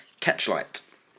catchlight